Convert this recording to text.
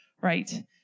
right